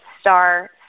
star